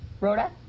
Rhoda